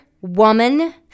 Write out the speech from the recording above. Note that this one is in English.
Woman